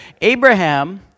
Abraham